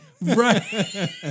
Right